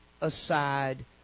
aside